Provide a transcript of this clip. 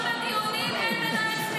אבל --- האוצר אמר בדיונים: אין מנועי צמיחה.